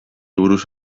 buruz